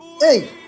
Hey